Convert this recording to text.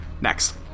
Next